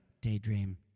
daydream